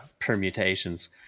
permutations